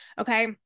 Okay